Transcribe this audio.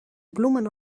bloemen